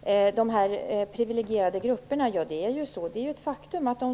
Det är ett faktum att det är de privilegierade grupperna